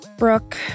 Brooke